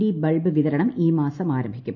D bulb വിതരണം ഈ മാസം ആരംഭിക്കും